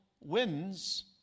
wins